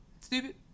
Stupid